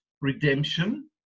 redemption